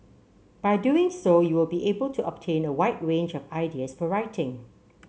by doing so you will be able to obtain a wide range of ideas for writing